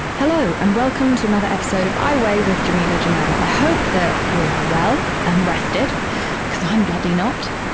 hello and welcome to another episode of i weigh with jameela jamil. i hope that you are well and rested because i'm bloody not.